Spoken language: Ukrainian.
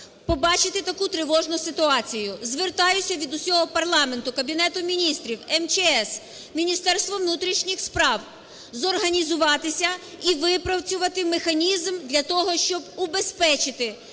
побачити таку тривожну ситуацію. Звертаюся від всього парламенту, Кабінету Міністрів, МЧС, Міністерства внутрішніх справ, зорганізуватися і випрацювати механізм для того, щоб убезпечити